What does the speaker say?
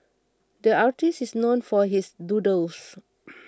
the artist is known for his doodles